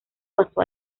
pasó